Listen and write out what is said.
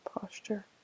posture